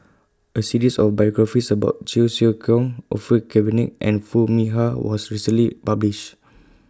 A series of biographies about Cheong Siew Keong Orfeur Cavenagh and Foo Mee Har was recently published